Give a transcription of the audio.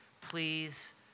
Please